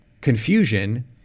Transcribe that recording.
confusion